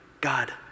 God